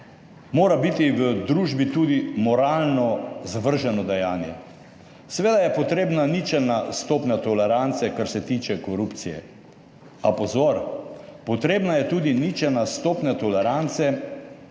mora biti v družbi tudi moralno zavrženo dejanje. Seveda je potrebna ničelna stopnja tolerance kar se tiče korupcije, a pozor, potrebna je tudi ničelna stopnja tolerance